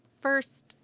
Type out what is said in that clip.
first